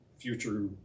future